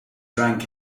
drank